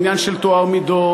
ועניין של טוהר מידות.